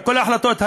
כל ההחלטות,